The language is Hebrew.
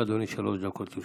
בבקשה, אדוני, שלוש דקות לרשותך.